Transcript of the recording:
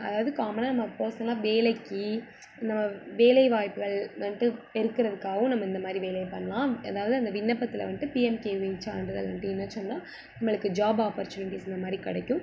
அதாவது காமனாக நம்ம பர்சனலாம் வேலைக்கு நம்ம வேலை வாய்ப்புகள் வந்துட்டு பெருக்குறதுக்காவும் நம்ம இந்த மாரி வேலையை பண்ணலாம் அதாவது அந்த விண்ணப்பத்தில் வந்துட்டு பிஎன்கேஒய் சான்றிதழ் வந்துவிட்டு இணச்சோன்னா நம்மளுக்கு ஜாப் ஆப்பர்ச்சுனிட்டிஸ் அந்த மாரி கிடைக்கும்